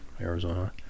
Arizona